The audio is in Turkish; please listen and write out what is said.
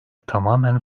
tamamen